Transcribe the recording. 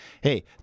hey